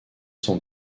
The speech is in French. son